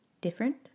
different